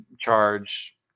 charge